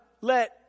let